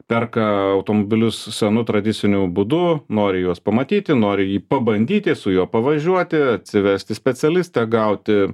perka automobilius senu tradiciniu būdu nori juos pamatyti nori jį pabandyti su juo pavažiuoti atsivesti specialistą gauti